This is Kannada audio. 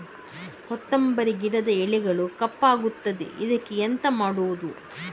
ಕೊತ್ತಂಬರಿ ಗಿಡದ ಎಲೆಗಳು ಕಪ್ಪಗುತ್ತದೆ, ಇದಕ್ಕೆ ಎಂತ ಮಾಡೋದು?